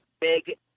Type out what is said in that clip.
big